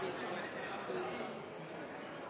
være